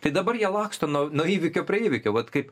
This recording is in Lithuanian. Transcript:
tai dabar jie laksto nuo nuo įvykio prie įvykio vat kaip